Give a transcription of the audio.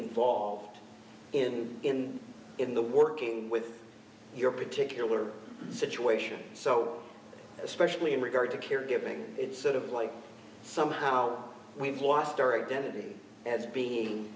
involved in in in the working with your particular situation so especially in regard to caregiving it's sort of like somehow we've lost our identity as being